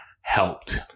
helped